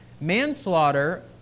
Manslaughter